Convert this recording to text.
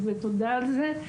ותודה על זה.